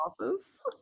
office